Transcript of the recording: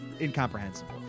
Incomprehensible